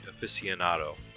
aficionado